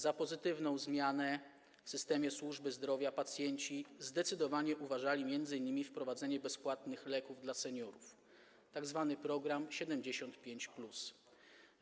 Za pozytywną zmianę w systemie służby zdrowia pacjenci zdecydowanie uznali m.in. wprowadzenie bezpłatnych leków dla seniorów, tzw. program 75+.